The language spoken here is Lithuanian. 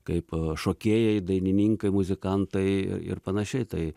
kaip šokėjai dainininkai muzikantai ir panašiai tai